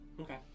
Okay